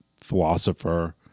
philosopher